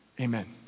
Amen